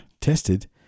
tested